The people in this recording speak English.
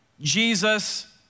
Jesus